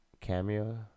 cameo